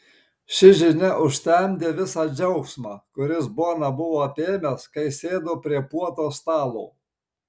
ši žinia užtemdė visą džiaugsmą kuris boną buvo apėmęs kai sėdo prie puotos stalo